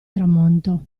tramonto